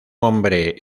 hombre